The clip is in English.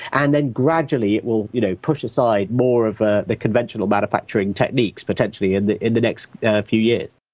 and then gradually, it will you know push aside more of ah the conventional manufacturing techniques portentially, in the in the next few years.